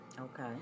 Okay